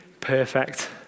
perfect